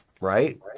Right